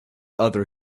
other